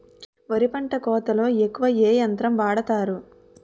వరి పంట కోతలొ ఎక్కువ ఏ యంత్రం వాడతారు?